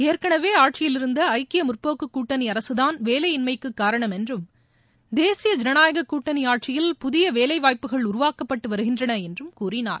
ஏற்கனவே ஆட்சியிலிருந்த ஐக்கிய முற்போக்கு கூட்டணி அரசுதான் வேலையின்மைக்கு காரணம் என்றும் தேசிய ஜனநாயக கூட்டணி ஆட்சியில் புதிய வேலை வாய்ப்புகள் உருவாக்கப்பட்டு வருகின்றன என்றும் கூறினார்